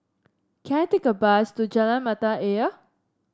can I take a bus to Jalan Mata Ayer